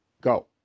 Go